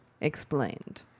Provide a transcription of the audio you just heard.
Explained